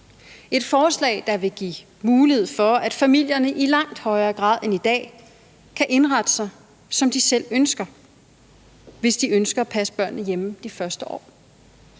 et forslag, der vil give mulighed for, at familierne i langt højere grad end i dag kan indrette sig, som de selv ønsker, hvis de ønsker at passe børnene hjemme de første år.